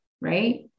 right